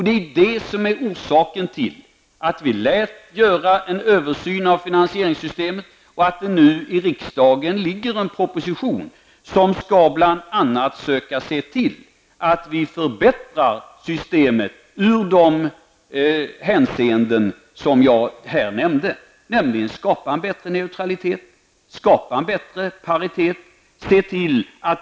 Det är det som är orsaken till att vi lät göra en översyn av finansieringssystemet och att det nu i riksdagen ligger en propositon som bl.a. skall söka se till att vi förbättrar systemet i de hänseenden jag nämnde. En bättre neutralitet och en bättre paritet skall skapas.